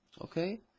Okay